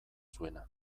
zuena